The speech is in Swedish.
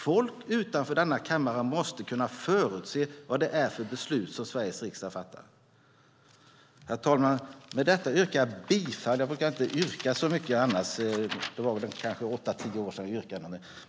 Folk utanför denna kammare måste kunna förutse vad det är för beslut som Sveriges riksdag ska fatta. Herr talman! Jag brukar inte yrka så mycket annars. Det var väl kanske åtta tio år sedan jag framställde yrkanden.